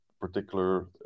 particular